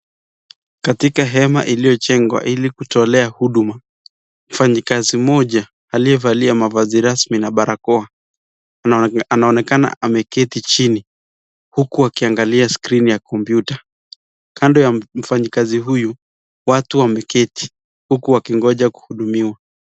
Katika hema iliyojengwa ili kutolea huduma, mfanyakazi mmoja aliyevalia mavazi rasmi na barakoa anaonekana ameketi chini huku anaangali screen ya kompyuta, kando ya mfanyakazi huyu watu wameketi huku wakingoja kuhudumiwa.